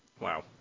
Wow